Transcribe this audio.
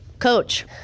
Coach